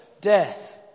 death